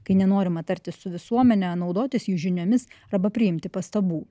kai nenorima tartis su visuomene naudotis jų žiniomis arba priimti pastabų